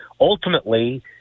Ultimately